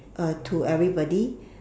uh to everybody